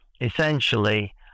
essentially